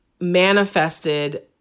manifested